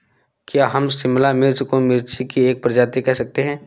क्या हम शिमला मिर्च को मिर्ची की एक प्रजाति कह सकते हैं?